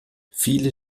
viele